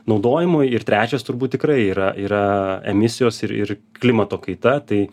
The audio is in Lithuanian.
naudojimui ir trečias turbūt tikrai yra yra emisijos ir ir klimato kaita tai